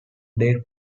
date